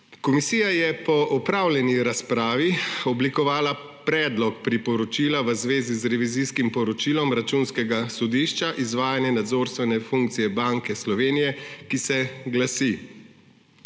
Komisija je po opravljeni razpravi oblikovala predlog priporočila v zvezi z Revizijskim poročilom Računskega sodišča Izvajanje nadzorstvene funkcije Banke Slovenije, ki se glasi.